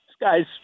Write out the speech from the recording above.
guy's